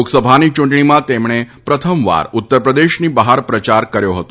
લોકસભાની ચુંટણીમાં તેમણે પ્રથમવાર ઉત્તર પ્રદેશની બહાર પ્રચાર કર્યો હતો